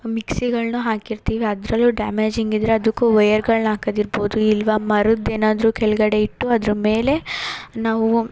ಮಿಕ್ಸಿಗಳನ್ನೂ ಹಾಕಿರ್ತೀವಿ ಅದರಲ್ಲೂ ಡ್ಯಾಮೇಜಿಂಗ್ ಇದ್ದರೆ ಅದಕ್ಕೂ ವೈಯರ್ಗಳನ್ನು ಆಕದಿರ್ಬೋದು ಇಲ್ಲವಾ ಮರದ್ದು ಏನಾದರು ಕೆಳಗಡೆ ಇಟ್ಟು ಅದ್ರ ಮೇಲೆ ನಾವು